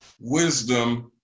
wisdom